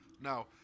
Now